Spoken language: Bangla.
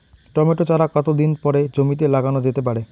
টমেটো চারা কতো দিন পরে জমিতে লাগানো যেতে পারে?